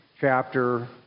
chapter